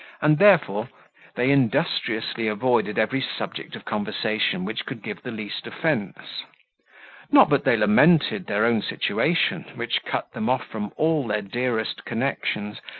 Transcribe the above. and therefore they industriously avoided every subject of conversation which could give the least offence not but they lamented their own situation, which cut them off from all their dearest connections,